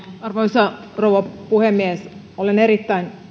arvoisa rouva puhemies olen erittäin